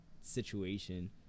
situation